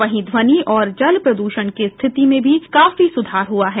वहीं ध्वनि और जल प्रदूषण की स्थिति में भी काफी सुधार हुआ है